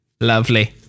Lovely